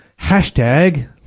Hashtag